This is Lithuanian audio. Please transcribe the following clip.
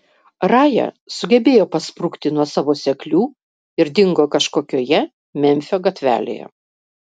raja sugebėjo pasprukti nuo savo seklių ir dingo kažkokioje memfio gatvelėje